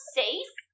safe